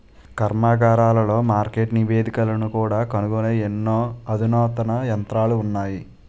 కర్మాగారాలలో మార్కెట్ నివేదికలను కూడా కనుగొనే ఎన్నో అధునాతన యంత్రాలు ఉన్నాయి